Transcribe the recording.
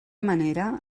manera